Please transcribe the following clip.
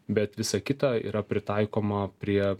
bet visa kita yra pritaikoma prie